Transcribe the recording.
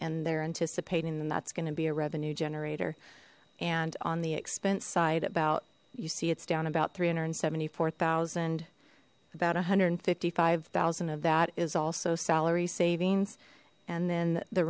and they're anticipating then that's going to be a revenue generator and on the expense side about you see it's down about three hundred and seventy four thousand about a hundred and fifty five thousand of that is also salary savings and then the